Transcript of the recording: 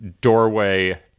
doorway